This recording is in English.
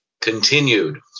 continued